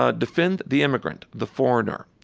ah defend the immigrant, the foreigner,